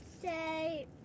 say